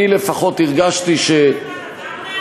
אני, לפחות, הרגשתי, אתה יודע כמה זמן עבר מאז?